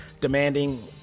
demanding